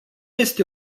este